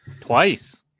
Twice